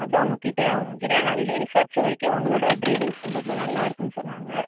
அதான் உங்கக்கிட்ட அவங்ககிட்ட நான் வெளியே விசாரிச்ச வரைக்கும் உங்களோடய ட்ரைவிங் ஸ்கூல் ரொம்ப நல்லாயிருக்குன்னு சொன்னாங்க